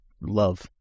love